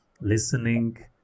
listening